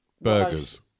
burgers